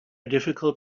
difficult